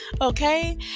okay